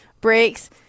Breaks